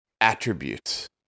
Attributes